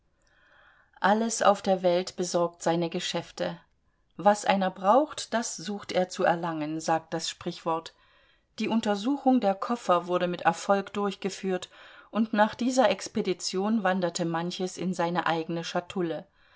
alles auf der welt besorgt seine geschäfte was einer braucht das sucht er zu erlangen sagt das sprichwort die untersuchung der koffer wurde mit erfolg durchgeführt und nach dieser expedition wanderte manches in seine eigene schatulle